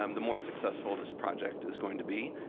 um the more successful this project is going to be.